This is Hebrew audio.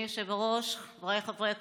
אדוני היושב-ראש, חבריי חברי הכנסת,